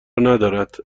ندارد